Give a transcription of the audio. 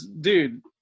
Dude